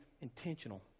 intentional